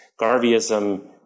Garveyism